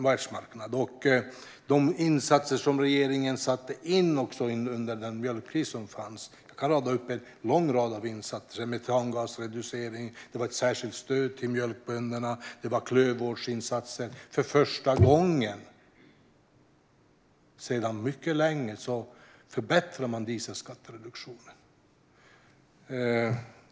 Vi kan rada upp en lång rad insatser som regeringen satte in under mjölkkrisen. Det var metangasreducering, det var ett särskilt stöd till mjölkbönderna och det var klövvårdsinsatser. För första gången på mycket länge förbättrade man dieselskattereduktionen.